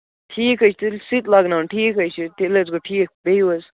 ٹھیٖک حظ چھُ تیٚلہِ سُہ تہِ لاگناوَن ٹھیٖک حظ چھُ تیٚلہِ حظ گوٚو ٹھیٖک بِہِو حظ